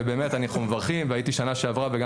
ובאמת אני מברך והייתי שנה שעברה וגם